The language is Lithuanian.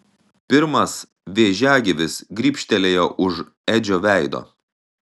pirmas vėžiagyvis grybštelėjo už edžio veido